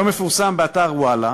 והיום מפורסם באתר "וואלה",